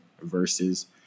versus